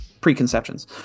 preconceptions